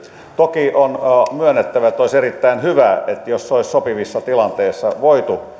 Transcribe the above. toki on on myönnettävä että olisi erittäin hyvä jos olisi sopivissa tilanteissa voitu